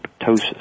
apoptosis